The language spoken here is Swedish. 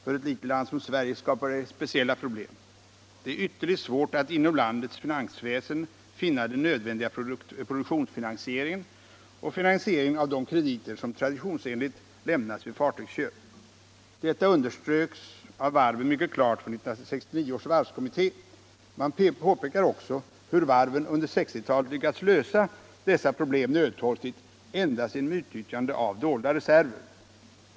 För ett litet land som Sverige skapar detta speciella problem, eftersom det är ytterligt svårt att inom landets finansväsen finna den nödvändiga produktionsfinansieringen och finansieringen av de krediter som traditionsenligt lämnas vid fartygsköp. Detta underströks av varven mycket klart för 1969 års varvskommitté. Man påpekade också hur varven under 1960-talet lyckats lösa dessa problem endast genom utnyttjande av dolda reserver.